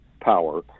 power